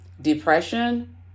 depression